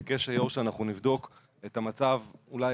ביקש היו"ר שאנחנו נבדוק את המצב אולי